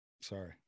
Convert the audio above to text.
sorry